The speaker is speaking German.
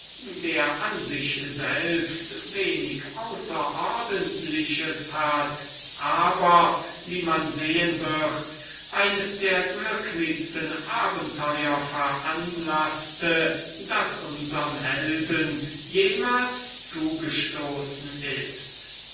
der an sich selbst wenig außerordentliches hat aber wie man sehen wird eines der glücklichsten abenteuer veranlassete das unserm helden jemals zugestoßen ist